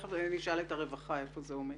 תכף נשאל את הרווחה היכן זה עומד.